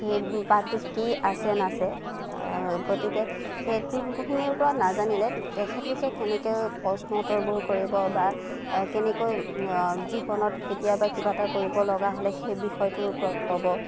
সেই পাঠটোত কি আছে নাছে গতিকে সেই সেইখিনিৰ ওপৰত নাজানিলে তেখেতলোকে কেনেকে প্ৰশ্ন উত্তৰবোৰ কৰিব বা কেনেকৈ জীৱনত কেতিয়াবা কিবা এটা কৰিব লগা হ'লে সেই বিষয়টোৰ ওপৰত ক'ব